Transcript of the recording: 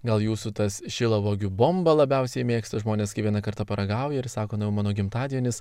gal jūsų tas šilauogių bombą labiausiai mėgsta žmonės kai vieną kartą paragauja ir sako na jau mano gimtadienis